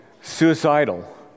suicidal